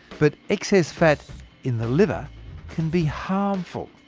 but excess fat in the liver can be harmful.